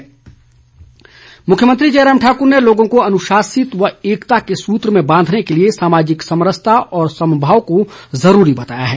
मुख्यमंत्री मुख्यमंत्री जयराम ठाकुर ने लोगों को अनुशासित व एकता के सूत्र में बांधने के लिए सामाजिक समरस्ता और सम्भाव को ज़रूरी बताया है